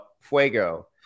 fuego